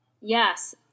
Yes